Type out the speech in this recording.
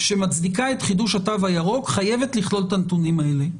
שמצדיקה את חידוש התו הירוק חייבת לכלול את הנתונים האלה,